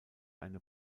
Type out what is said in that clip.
eine